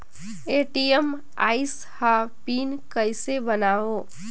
ATM आइस ह PIN कइसे बनाओ?